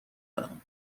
دارم